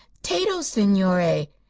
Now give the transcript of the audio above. tato, signore.